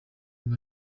inka